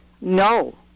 No